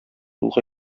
юлга